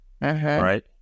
Right